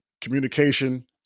Communication